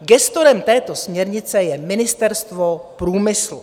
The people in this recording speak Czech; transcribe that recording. Gestorem této směrnice je Ministerstvo průmyslu.